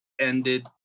ended